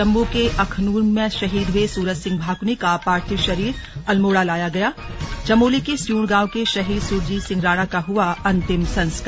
जम्मू के अखनूर में शहीद हुए सूरज सिंह भाकुनी का पार्थिव शरीर अल्मोड़ा लाया गया चमोली के सियूण गांव के शहीद सुरजीत सिंह राणा का हुआ अंतिम संस्कार